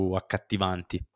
accattivanti